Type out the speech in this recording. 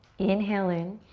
inhale in.